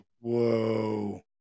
whoa